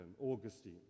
Augustine